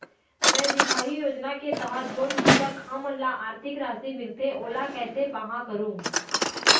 मैं दिखाही योजना के तहत जोन कृषक हमन ला आरथिक राशि मिलथे ओला कैसे पाहां करूं?